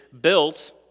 built